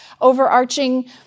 overarching